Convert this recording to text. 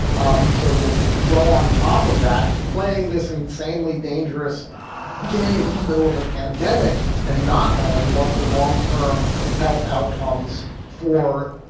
um so you'll throw on top of that playing this insanely dangerous game in the middle of a pandemic and not knowing what the long term health outcomes for.